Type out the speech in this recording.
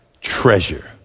Treasure